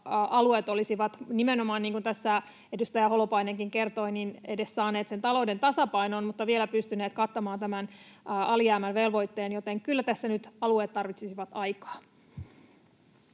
alueet olisivat, nimenomaan niin kuin tässä edustaja Holopainenkin kertoi, edes saaneet talouden tasapainoon ja vielä pystyneet kattamaan tämän alijäämävelvoitteen, joten kyllä tässä nyt alueet tarvitsisivat aikaa.